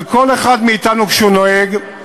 אבל כל אחד מאתנו כשהוא נוהג,